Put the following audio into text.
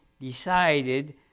decided